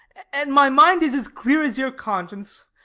and my mind is as clear as your conscience.